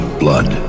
blood